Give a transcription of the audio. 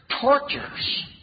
tortures